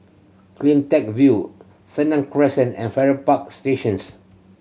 Cleantech View Senang Crescent and Farrer Park Stations